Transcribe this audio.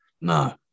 no